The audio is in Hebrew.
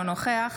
אינו נוכח